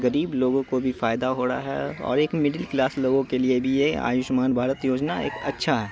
غریب لوگوں کو بھی فائدہ ہو رہا ہے اور ایک مڈل کلاس لوگوں کے لیے بھی یہ آیوشمان بھارت یوجنا ایک اچھا ہے